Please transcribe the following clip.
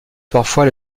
parfois